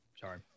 Sorry